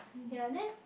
ya then